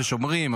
ששומרים,